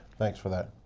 thanks for that.